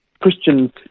Christian